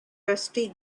rusty